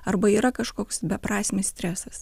arba yra kažkoks beprasmis stresas